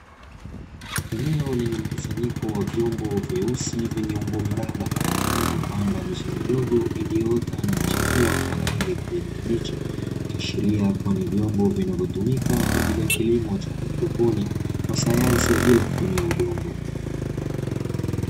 Eneo lenye mkusanyiko wa vyombo vyeusi vyenye umbo mraba vilivyopandwa miche midogo iliyoota na kuchipua kwa rangi ya kijani kibichi, ikiashiria kuwa ni vyombo vinavyotumika kwa ajili ya kilimo cha kihaidroponi kwa sanyansi ya bila kutumia udongo.